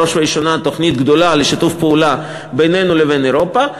בראש ובראשונה תוכנית גדולה לשיתוף פעולה בינינו לבין אירופה,